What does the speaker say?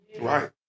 Right